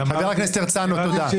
חבר הכנסת הרצנו, תודה.